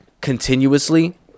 continuously